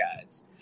guys